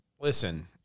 Listen